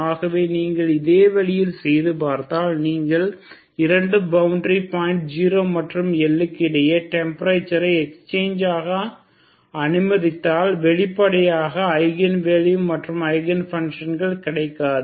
ஆகவே நீங்கள் இதே வழியில் செய்து பார்த்தால் நீங்கள் இரண்டு பவுண்டரி பாயிண்ட் 0 மற்றும் L க்கு இடையே டெம்பரேச்சர் ஐ எக்ஸ்சேஞ்ச் ஆக அனுமதித்தால் வெளிப்படையாக ஐகன் வேல்யூ மற்றும் ஐகன் ஃபங்ஷன் கிடைக்காது